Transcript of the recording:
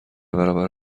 برابر